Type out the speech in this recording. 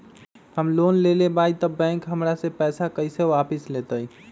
हम लोन लेलेबाई तब बैंक हमरा से पैसा कइसे वापिस लेतई?